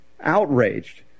Outraged